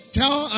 tell